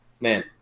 man